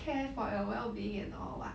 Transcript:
care for your well-being and all [what]